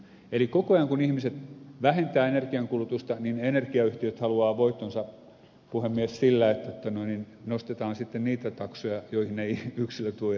eli koko ajan kun ihmiset vähentävät energiankulutusta niin energiayhtiöt haluavat voittonsa puhemies sillä että nostetaan sitten niitä taksoja joihin eivät yksilöt voi enää vaikuttaa